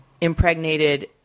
impregnated